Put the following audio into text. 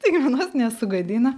taigi man vos nesugadino